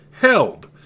held